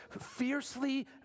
fiercely